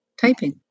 typing